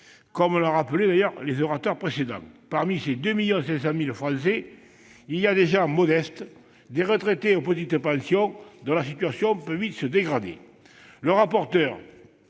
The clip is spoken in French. comme l'ont d'ailleurs rappelé les orateurs précédents. Parmi ces 2,5 millions de Français, il y a des gens modestes et des retraités aux petites pensions, dont la situation peut vite se dégrader. M. le rapporteur